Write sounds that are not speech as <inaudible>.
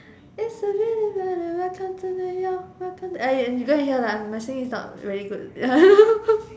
it's a really welcome to New York welcome to uh you go and hear lah my singing is not really good <laughs>